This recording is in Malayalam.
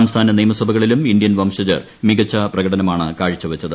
സംസ്ഥാന നിയമ്സഭകളിലും ഇന്ത്യൻ വംശജർ മികച്ച പ്രകടനമാണ് കീഴ്ച്ചവച്ചത്